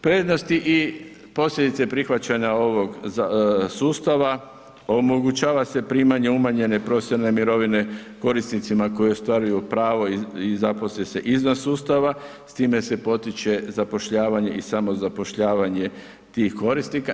Prednosti i posljedice prihvaćanja ovog sustava, omogućava se primanje umanjene profesionalne mirovine korisnicima koji ostvaruju pravo i zaposle se izvan sustava, s time se potiče zapošljavanje i samozapošljavanje tih korisnika.